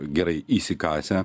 gerai įsikasę